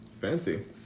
Fancy